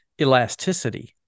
elasticity